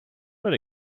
but